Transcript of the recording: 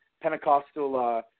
Pentecostal